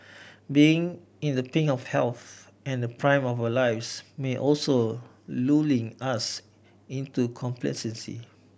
being in the pink of health and the prime of our lives may also lulling us into complacency